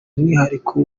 umwihariko